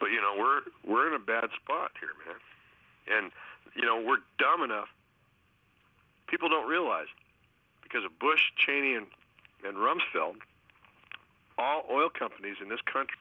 but you know we're we're in a bad spot here and you know we're dumb enough people don't realize because of bush cheney and rumsfeld all companies in this country